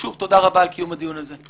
שוב, תודה רבה על קיום הדיון הזה.